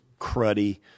cruddy